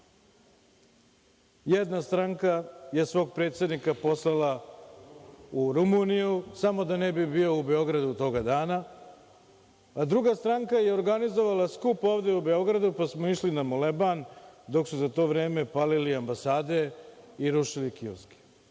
Jedna stranka je svog predsednika poslala u Rumuniju samo da ne bi bio u Beogradu toga dana, a druga stranka je organizovala skup ovde u Beogradu pa smo išli na moleban dok su za to vreme palili ambasade i rušili kioske.